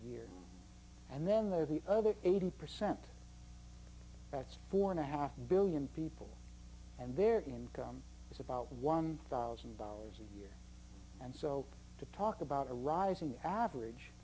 year and then there are the other eighty percent that's four and a half one billion people and their income is about one thousand dollars a year and so to talk about a rising average